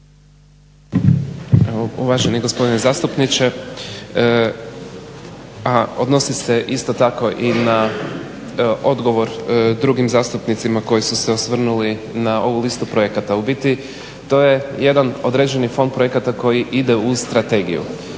Uvaženi gospodine zastupniče, a odnosi se isto tako i na odgovor drugim zastupnicima koji su se osvrnuli na ovu listu projekata. U biti to je jedan određeni fond projekata koji ide uz strategiju,